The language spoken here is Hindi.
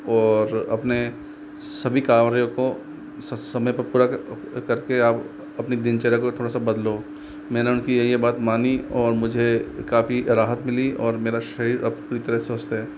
और अपने सभी कार्यों को समय पर पूरा करके आप अपनी दिनचर्या को थोड़ा सा बदलो मैंने उनकी यह यह बात मानी और मुझे काफ़ी राहत मिली और मेरा शरीर अब पूरी तरह स्वस्थ है